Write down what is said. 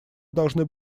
должны